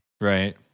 Right